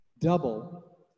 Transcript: double